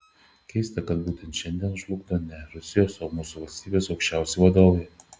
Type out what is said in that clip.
keista kad būtent šiandien žlugdo ne rusijos o mūsų valstybės aukščiausi vadovai